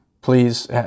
Please